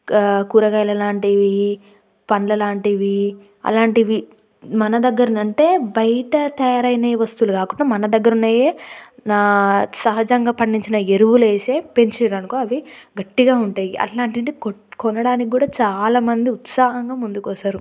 కా కూరగాయల లాంటివి పండ్ల లాంటివి అలాంటివి మన దగ్గరన అంటే బయట తయారైన వస్తువులు కాకుండ మన దగ్గర ఉన్నవే సహజంగా పండించిన ఎరువులు వేసే పెంచిండ్రనుకో అవి గట్టిగా ఉంటాయి అట్లాంటిది కొనడానికి కూడా చాలా మంది ఉత్సాహంగా ముందుకు వస్తారు